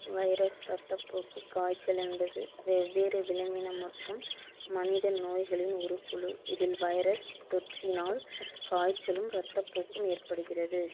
virus இரத்தப்போக்குக் காய்ச்சல் என்பது வெவ்வேறு விலங்கின மற்றும் மனித நோய்களின் ஒரு குழு இதில் வைரஸ் தொற்றினால் காய்ச்சலும் இரத்தப்போக்கும் ஏற்படுகிறது